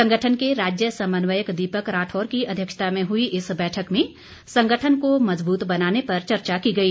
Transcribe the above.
संगठन के राज्य समन्वयक दीपक राठौर की अध्यक्षता में हई इस बैठक में संगठन को मजबूत बनाने पर चर्चा की गई